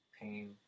pain